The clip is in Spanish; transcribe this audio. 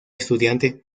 estudiante